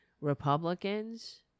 Republicans